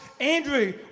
Andrew